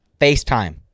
FaceTime